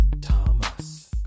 Thomas